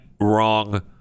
wrong